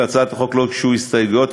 להצעת החוק לא הוגשו הסתייגויות,